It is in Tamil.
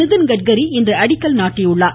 நிதின் கட்காரி இன்று அடிக்கல் நாட்டினார்